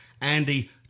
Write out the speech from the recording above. Andy